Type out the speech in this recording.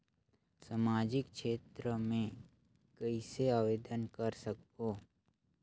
समाजिक क्षेत्र मे कइसे आवेदन कर सकबो?